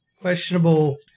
questionable